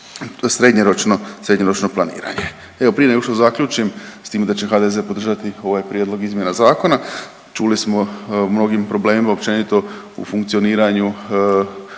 srednjoročno planiranje. Evo prije nego što zaključim s tim da će HDZ podržati ovaj prijedlog izmjena zakona, čuli smo o mnogim problemima općenito u funkcioniranju